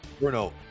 Bruno